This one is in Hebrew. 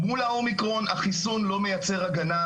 מול האומיקרון החיסון לא מייצר הגנה,